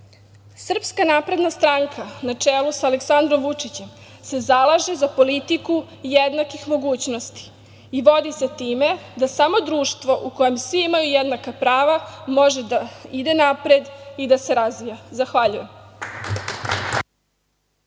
dolaze. Dakle, SNS, na čelu sa Aleksandrom Vučićem, se zalaže za politiku jednakih mogućnosti i vodi se time da samo društvo u kojem svi imaju jednaka prava može da ide napred i da se razvija. Zahvaljujem.